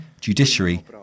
judiciary